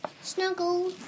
snuggle